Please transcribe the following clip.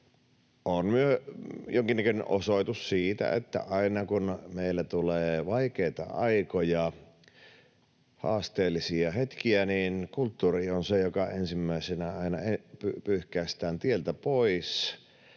jonkinnäköinen osoitus siitä, että aina kun meille tulee vaikeita aikoja, haasteellisia hetkiä, niin kulttuuri on se, joka ensimmäisenä aina pyyhkäistään tieltä pois